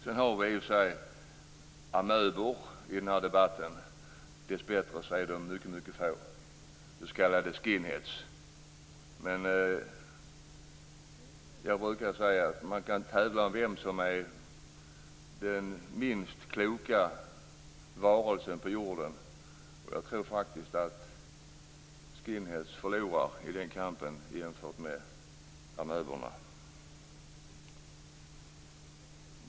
Sedan har vi amöbor i den här debatten. Dessbättre är de mycket få, s.k. skinhead. Jag brukar säga att man kan tävla vem som är den minst kloka varelsen på jorden. Och jag tror faktiskt att skinhead förlorar i den kampen jämfört med amöborna.